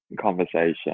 conversation